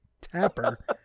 Tapper